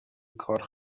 کار